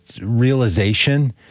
realization